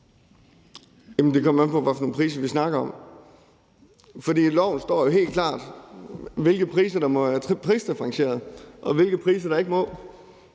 Det kommer jo an på, hvad for nogle priser vi snakker om. For i loven står der jo helt klart, hvilke priser der må være prisdifferentieret, og hvilke priser der ikke må.